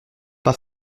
pas